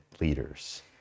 leaders